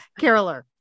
caroler